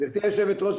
גבירתי היושבת-ראש,